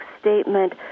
statement